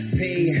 pay